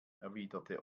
erwiderte